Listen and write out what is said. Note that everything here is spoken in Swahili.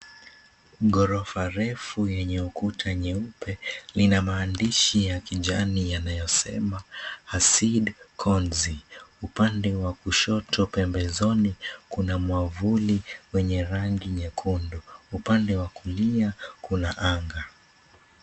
Ghorofa refu yenye ukuta nyeupe lina maandishi ya kijani yanayosema, Masjid Konzi. Upande wa kushoto pembezoni kuna mwavuli wenye rangi nyekundu. Upande wa kulia kuna anga.